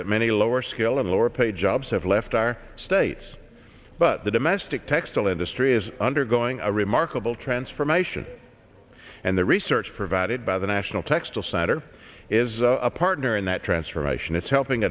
that many lower skilled and lower paid jobs have left our states but the domestic textile industry is undergoing a remarkable transformation and the research provided by the national textile center is a partner in that transformation it's helping